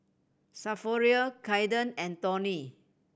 Saverio Kaiden and Tony